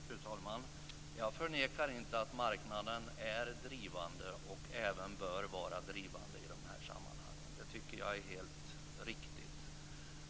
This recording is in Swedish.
Fru talman! Jag förnekar inte att marknaden är drivande och även böra vara drivande i dessa sammanhang. Det tycker jag är helt riktigt.